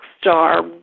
star